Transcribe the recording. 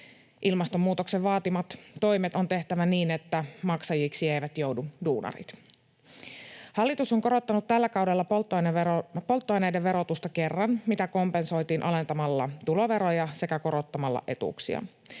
Ilmastonmuutoksen vaatimat toimet on tehtävä niin, että maksajiksi eivät joudu duunarit. Hallitus on korottanut tällä kaudella polttoaineiden verotusta kerran, mitä kompensoitiin alentamalla tuloveroja sekä korottamalla etuuksia.